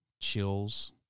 chills